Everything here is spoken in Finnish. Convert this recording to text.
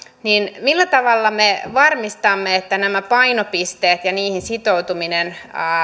millä tavalla me varmistamme että nämä painopisteet ja niihin sitoutuminen